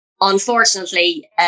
unfortunately